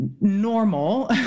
normal